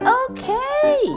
okay